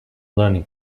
learning